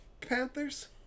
Panthers